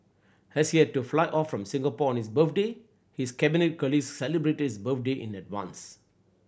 as he had to fly off from Singapore on his birthday his Cabinet colleagues celebrated his birthday in advance